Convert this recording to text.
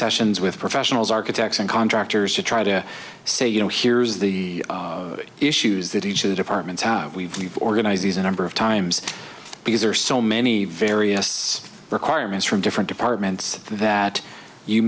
sessions with professionals architects and contractors to try to say you know here's the issues that each of the departments have we've organized these a number of times because there are so many various requirements from different departments that you